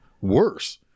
worse